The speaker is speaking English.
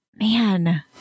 Man